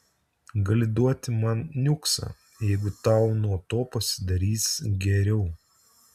gali duoti man niuksą jeigu tau nuo to pasidarys geriau